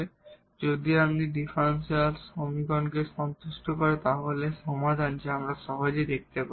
তাই যদি আপনি ডিফারেনশিয়াল সমীকরণটি সন্তুষ্ট করেন তাহলে সমাধান যা আমরা সহজেই দেখতে পারি